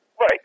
Right